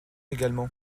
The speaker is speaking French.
également